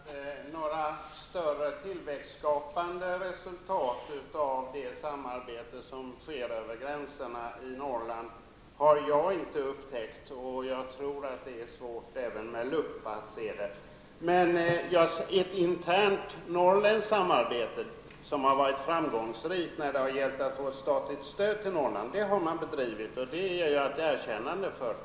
Herr talman! Några större tillväxtskapande resultat av det samarbete som sker över riksgränsen i Norrland har inte jag upptäckt. Jag tror att det är svårt att se det även med hjälp av lupp. Däremot har det varit ett framgångsrikt internt samarbete i Norrland när det gällt att få statligt stöd. Det har man varit skicklig på och får mitt erkännande för.